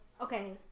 Okay